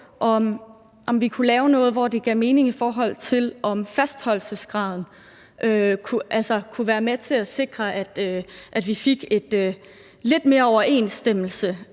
om vi kunne lave noget, som giver mening i forhold til fastholdelsesgraden, så vi kunne være med til at sikre, at vi fik lidt mere overensstemmelse,